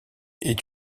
est